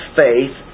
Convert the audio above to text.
faith